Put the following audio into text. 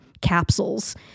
capsules